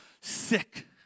sick